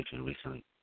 recently